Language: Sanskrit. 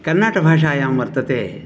कन्नाटभाषायां वर्तते